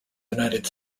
united